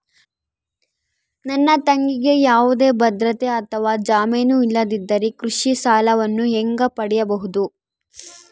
ನನ್ನ ತಂಗಿಗೆ ಯಾವುದೇ ಭದ್ರತೆ ಅಥವಾ ಜಾಮೇನು ಇಲ್ಲದಿದ್ದರೆ ಕೃಷಿ ಸಾಲವನ್ನು ಹೆಂಗ ಪಡಿಬಹುದು?